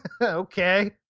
Okay